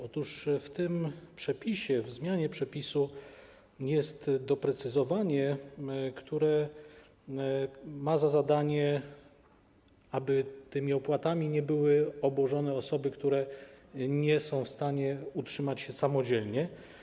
Otóż w tym przepisie, w zmianie przepisu jest doprecyzowanie, aby tymi opłatami nie były obłożone osoby, które nie są w stanie utrzymać się samodzielnie.